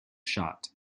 shot